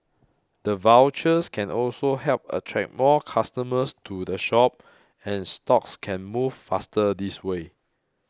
the vouchers can also help attract more customers to the shop and stocks can move faster this way